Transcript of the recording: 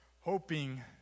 hoping